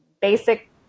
basic